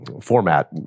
format